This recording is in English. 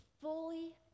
fully